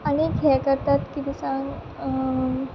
आनी हें करतात कितें सांग